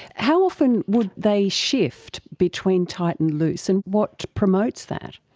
how often would they shift between tight and loose, and what promotes that?